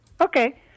Okay